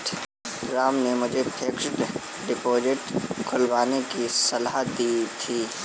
राम ने मुझे fixed deposit खुलवाने की सलाह दी थी